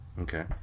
Okay